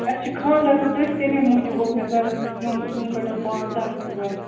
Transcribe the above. اَسہِ چھِ خاندَر تہٕ تٔتھۍ تَیٚمے موٗجوٗب اوس مےٚ ضوٚرَتھ زِیُن زِیُن کوینٛٹل پانٛژھ دَہ ٲسۍ مےٚ ضوٚرَتھ